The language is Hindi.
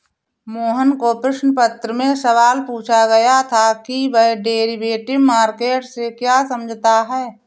मोहन को प्रश्न पत्र में सवाल पूछा गया था कि वह डेरिवेटिव मार्केट से क्या समझता है?